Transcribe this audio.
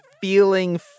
feeling